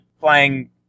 playing